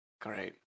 Great